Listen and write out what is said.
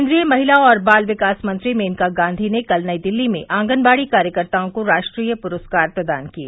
केन्द्रीय महिला और बाल विकास मंत्री मेनका गांधी ने कल नई दिल्ली में आंगनवाड़ी कार्यकर्ताओं को राष्ट्रीय पुरस्कार प्रदान किए